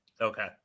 Okay